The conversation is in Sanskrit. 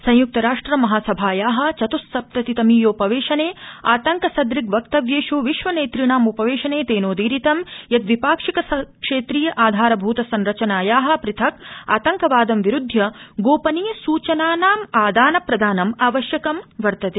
संय्क्त राष्ट्र महासभाया चत्स्सप्तति तमीयो वेशने आतंक सदृग् वक्तव्येष् विश्व नेतृणाम् वेशने तेनोदीरित यत् द्वि ाक्षिक क्षेत्रीय आधारभूत सरंचनाया थक् आतंकवाद विरूद्धय गो नीय सूचनाना मादान प्रदानम् आवश्यकं वर्तते